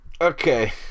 Okay